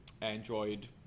Android